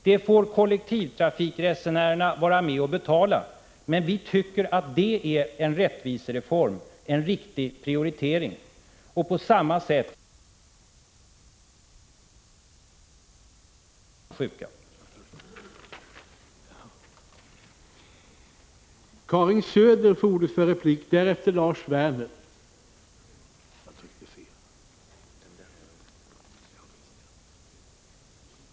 Detta får kollektivtrafikresenärerna vara med och betala, men vi tycker att det är en rättvisereform, en riktig prioritering. På samma sätt vill vi nu förverkliga rätten till ett eget rum för gamla och sjuka.